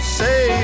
say